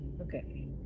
Okay